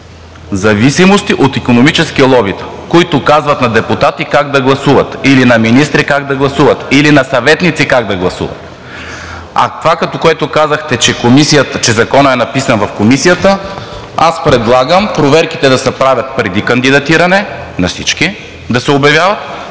зависимости от икономически лобита, които казват на депутати как да гласуват или на министри как да гласуват, или на съветници как да гласуват. А това, което казахте, че Законът е написан в Комисията, аз предлагам проверките да се правят преди кандидатиране на всички, да се обявяват